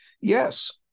Yes